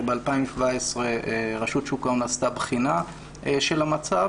ב-2017 רשות שוק ההון עשתה בחינה של המצב.